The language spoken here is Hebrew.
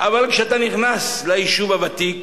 אבל כשאתה נכנס ליישוב הוותיק,